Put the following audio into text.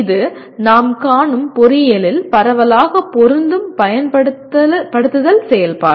இது நாம் காணும் பொறியியலில் பரவலாக பொருந்தும் 'பயன்படுத்துதல்' செயல்பாடு